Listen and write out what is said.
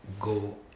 go